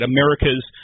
America's